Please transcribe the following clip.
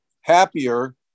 happier